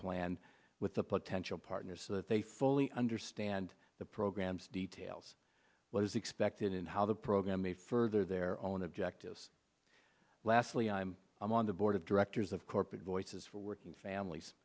plan with the potential partner so that they fully understand the program's details what is expected in how the program may further their own objectives lastly i'm i'm on the board of directors of corporate voices for working families